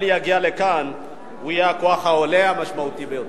יגיע לכאן והוא יהיה הכוח העולה המשמעותי ביותר.